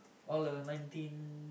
all uh nineteen